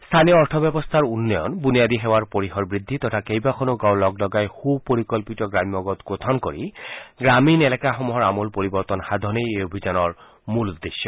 স্থানীয় অৰ্থব্যৱস্থাৰ উন্নয়ন বুনিয়াদী সেৱাৰ পৰিসৰ বৃদ্ধি তথা কেইবাখনো গাঁও লগলগাই সুপৰিকল্পিত গ্ৰাম্য গোট গঠন কৰি গ্ৰামীণ এলেকাসমূহৰ আমূল পৰিৱৰ্তন সাধনেই এই অভিযানৰ মূল উদ্দেশ্য